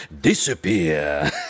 disappear